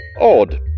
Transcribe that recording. odd